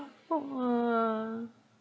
oh !wah!